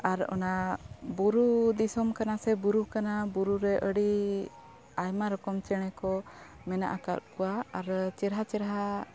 ᱟᱨ ᱚᱱᱟ ᱵᱩᱨᱩ ᱫᱤᱥᱚᱢ ᱠᱟᱱᱟ ᱥᱮ ᱵᱩᱨᱩ ᱠᱟᱱᱟ ᱵᱩᱨᱩᱨᱮ ᱟᱹᱰᱤ ᱟᱭᱢᱟ ᱨᱚᱠᱚᱢ ᱪᱮᱬᱮ ᱠᱚ ᱢᱮᱱᱟᱜ ᱟᱠᱟᱫ ᱠᱚᱣᱟ ᱟᱨ ᱪᱮᱨᱦᱟ ᱪᱮᱨᱦᱟ